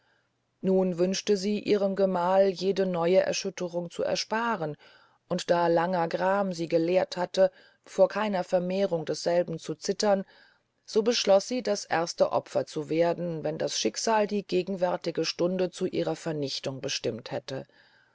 nur wünschte sie ihrem gemahl jede neue erschütterung zu ersparen und da langer gram sie gelehrt hatte vor keiner vermehrung desselben zu zittern so beschloß sie das erste opfer zu werden wenn das schicksal die gegenwärtige stunde zu ihrer vernichtung bestimmt hätte